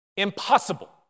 Impossible